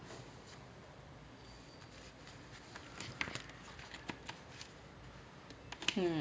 hmm